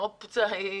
האופציה היא